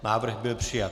Návrh byl přijat.